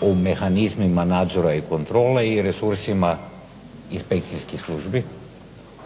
o mehanizmima nadzora i kontrole i resursima inspekcijskih službi